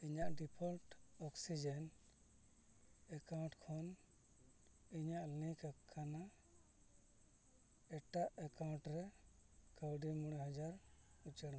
ᱤᱧᱟᱹᱜ default oxygen account ᱠᱷᱚᱱ ᱤᱧᱟᱹᱜ ᱞᱤᱝᱠ ᱟᱠᱟᱱᱟ ᱮᱴᱟᱜ ᱮᱠᱟᱣᱩᱱᱴ ᱨᱮ ᱠᱟᱹᱣᱰᱤ ᱢᱚᱬᱮ ᱦᱟᱡᱟᱨ ᱩᱪᱟᱹᱲ ᱢᱮ